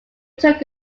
took